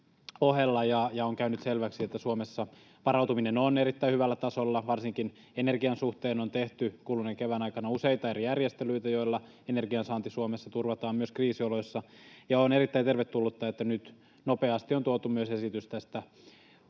osalta, ja on käynyt selväksi, että Suomessa varautuminen on erittäin hyvällä tasolla. Varsinkin energian suhteen on tehty kuluneen kevään aikana useita eri järjestelyitä, joilla energiansaanti Suomessa turvataan myös kriisioloissa, ja on erittäin tervetullutta, että nyt nopeasti on tuotu myös esitys tästä